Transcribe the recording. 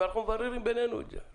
אנחנו מבררים בינינו את זה.